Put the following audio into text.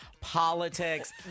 politics